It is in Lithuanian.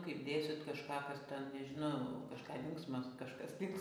kaip dėsit kažką kas ten nežinau kažką linksmas kažkas tai bus